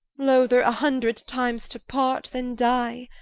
loather a hundred times to part then dye